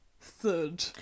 third